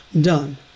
done